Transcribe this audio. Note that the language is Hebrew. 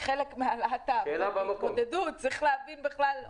כחלק מההתמודדות צריך להבין בכלל,